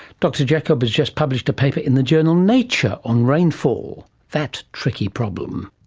dr jakob has just published a paper in the journal nature on rainfall, that tricky problem.